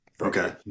okay